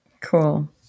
cool